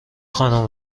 خانم